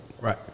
Right